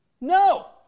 No